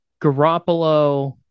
Garoppolo